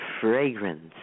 fragrance